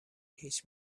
هیچ